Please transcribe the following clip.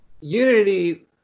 Unity